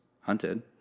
hunted